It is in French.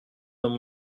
dans